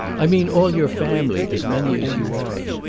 i mean all your family, as many as you are.